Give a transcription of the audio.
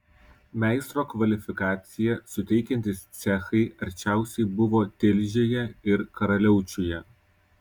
meistro kvalifikaciją suteikiantys cechai arčiausia buvo tilžėje ir karaliaučiuje